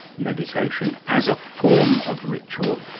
meditation as a form of ritual,